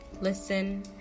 listen